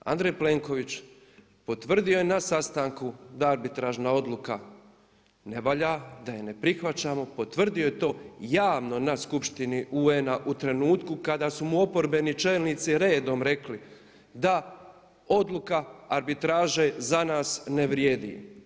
Andrej Plenković potvrdio je na sastanku da arbitražna odluka ne valjda, da je ne prihvaćamo, potvrdio je to javno na Skupštini UN-a u trenutku kada su mu oporbeni čelnici redom rekli da odluka arbitraže za nas ne vrijedi.